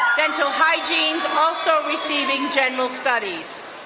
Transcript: dental hygiene, also receiving general studies.